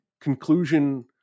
conclusion